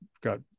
got